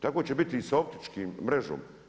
Tako će biti i sa optičkim, mrežom.